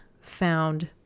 found